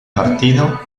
partido